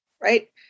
Right